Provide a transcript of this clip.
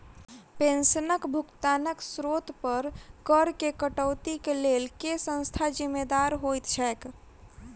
पेंशनक भुगतानक स्त्रोत पर करऽ केँ कटौतीक लेल केँ संस्था जिम्मेदार होइत छैक?